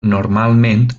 normalment